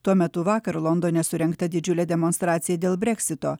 tuo metu vakar londone surengta didžiulė demonstracija dėl breksito